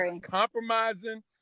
compromising